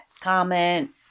comment